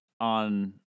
on